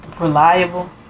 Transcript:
reliable